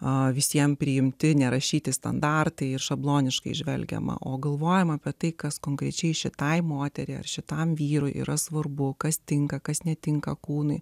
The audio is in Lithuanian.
o visiems priimti nerašyti standartai ir šabloniškai žvelgiama o galvojama apie tai kas konkrečiai šitai moteriai ar šitam vyrui yra svarbu kas tinka kas netinka kūnui